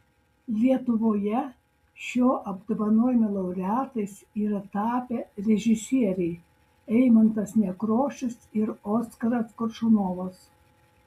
lietuvoje šio apdovanojimo laureatais yra tapę režisieriai eimuntas nekrošius ir oskaras koršunovas